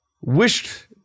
wished